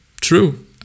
true